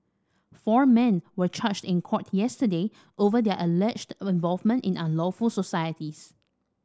four men were charged in court yesterday over their alleged involvement in unlawful societies